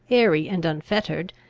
airy, and unfettered,